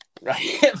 right